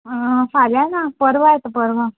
फाल्यां ना परवां येता परवां